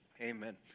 amen